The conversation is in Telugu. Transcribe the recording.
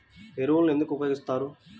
ఎరువులను ఎందుకు ఉపయోగిస్తారు?